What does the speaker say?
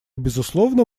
безусловно